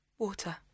Water